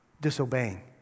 disobeying